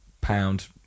pound